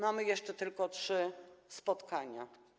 Mamy jeszcze tylko trzy spotkania.